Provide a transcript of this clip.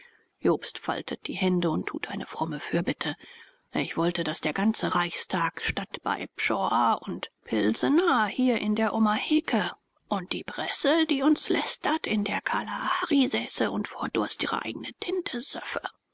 jobst faltet die hände und tut eine fromme fürbitte ich wollte daß der ganze reichstag statt bei pschorr und pilsener hier in der omaheke und die presse die uns lästert in der kalahari säße und vor durst ihre eigene tinte söffe